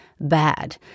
bad